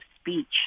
speech